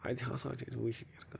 اَتہِ ہسا چھِ أسی وُشنیر کران